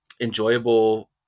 enjoyable